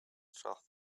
just